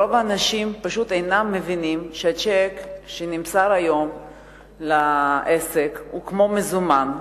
רוב האנשים פשוט אינם מבינים שצ'ק שנמסר היום לעסק הוא כמו מזומן.